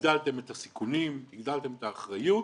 הגדלתם את הסיכונים, הגדלתם את האחריות,